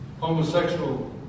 homosexual